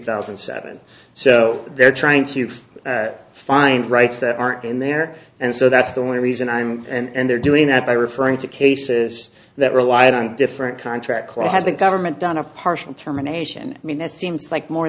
thousand and seven so they're trying to find rights that aren't in there and so that's the only reason i'm and they're doing that by referring to cases that relied on different contract clause has the government done a partial terminations i mean this seems like more